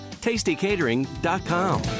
Tastycatering.com